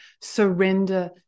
surrender